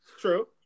True